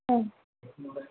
औ